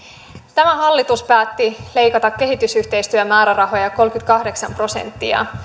tämä hallitus päätti leikata kehitysyhteistyömäärärahoja kolmekymmentäkahdeksan prosenttia